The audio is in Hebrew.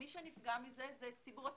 כאשר מי שנפגע מזה זה ציבור הצרכנים.